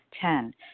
Ten